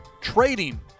trading